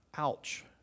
Ouch